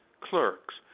clerks